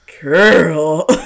Girl